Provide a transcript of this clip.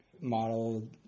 model